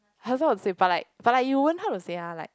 I have a lot to say but like but like you won't know how to say ah like